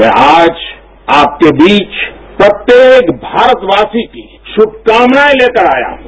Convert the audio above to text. मैं आज आपके बीच प्रत्येक भारतवासी की शुमकामनाएं लेकर आयाहूं